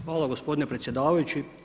Hvala gospodine predsjedavajući.